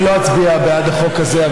אני לא אצביע בעד החוק הזה,